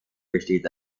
besteht